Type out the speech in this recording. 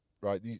right